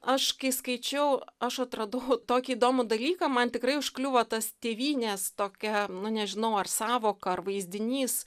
aš kai skaičiau aš atradau tokį įdomų dalyką man tikrai užkliuvo tas tėvynės tokia nu nežinau ar sąvoka ar vaizdinys